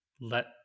let